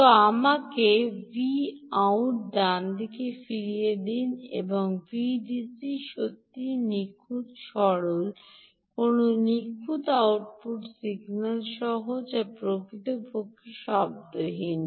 তো আমাকে ভ্যাটটি ডানদিকে ফিরিয়ে দিন এখানে ডিসি সত্যই নিখুঁত সরল কোনও নিখুঁত নিখুঁত আউটপুট সিগন্যাল সহ যা প্রকৃতপক্ষে শব্দহীন